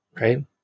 right